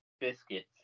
biscuits